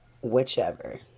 Whichever